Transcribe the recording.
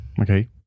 Okay